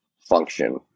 function